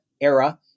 era